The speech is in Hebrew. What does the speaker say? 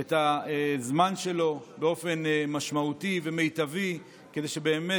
את הזמן שלו באופן משמעותי ומיטבי כדי שבאמת